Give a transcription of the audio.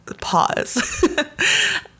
Pause